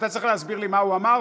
אתה צריך להסביר לי מה הוא אמר,